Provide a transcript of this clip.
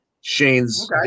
Shane's